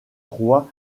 rois